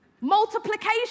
Multiplication